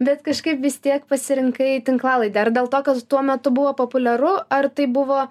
bet kažkaip vis tiek pasirinkai tinklalaidę ar dėl to kad tuo metu buvo populiaru ar tai buvo